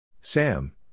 Sam